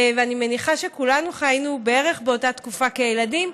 ואני מניחה שכולנו חיינו בערך באותה תקופה כילדים,